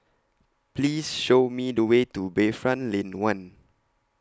Please Show Me The Way to Bayfront Lane one